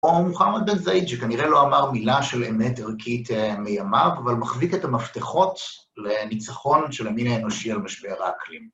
או מוחמד בן זאיד, שכנראה לא אמר מילה של אמת ערכית מימיו, אבל מחביק את המפתחות לניצחון של המין האנושי על משבר האקלים.